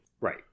Right